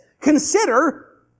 Consider